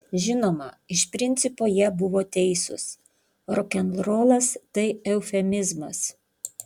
žinoma iš principo jie buvo teisūs rokenrolas tai eufemizmas